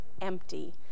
empty